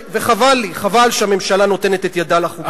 וחבל לי, חבל שהממשלה נותנת את ידה לחוקים האלה.